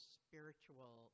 spiritual